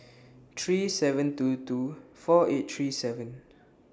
three seven two two four eight three seven